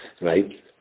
right